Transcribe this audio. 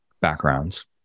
backgrounds